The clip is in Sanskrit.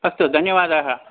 अस्तु धन्यवादाः